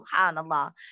subhanAllah